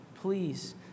Please